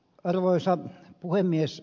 arvoisa puhemies